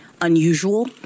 unusual